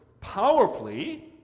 powerfully